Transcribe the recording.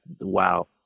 wow